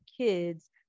kids